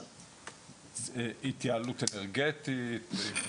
התייעלות אנרגטית?